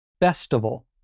festival